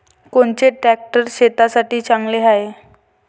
कोनचे ट्रॅक्टर शेतीसाठी चांगले हाये?